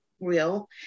real